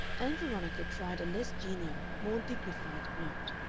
ann veronica tried a less genial, more dignified note.